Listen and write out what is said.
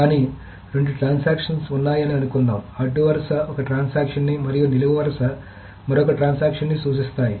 కానీ రెండు ట్రాన్సక్షన్స్ ఉన్నాయని అనుకుందాం అడ్డు వరుస ఒక ట్రాన్సాక్షన్ ని మరియు నిలువు వరుసలు మరొక ట్రాన్సాక్షన్ ని సూచిస్తాయి